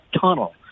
tunnel